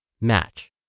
Match